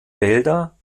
wälder